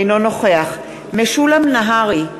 אינו נוכח משולם נהרי,